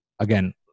again